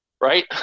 right